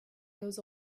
goes